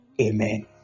Amen